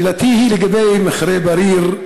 שאלתי היא לגבי מכרה בריר,